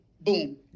Boom